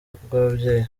bw’ababyeyi